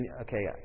okay